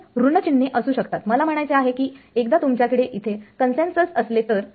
तिथे ऋण चिन्हे असू शकतात मला म्हणायचे आहे की एकदा तुमच्याकडे इथे कन्सेंसस असले तर